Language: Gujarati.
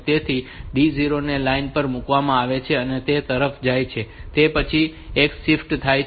તેથી આ D0 ને લાઇન પર મુકવામાં આવે છે અને તે એ તરફ જાય છે તે પછી એક શિફ્ટ થાય છે